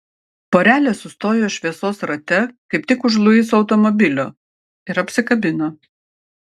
porelė sustojo šviesos rate kaip tik už luiso automobilio ir apsikabino